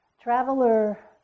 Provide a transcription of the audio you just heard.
Traveler